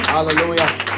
Hallelujah